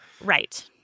Right